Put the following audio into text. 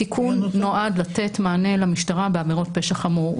התיקון נועד לתת מענה למשטרה בעבירות פשע חמור.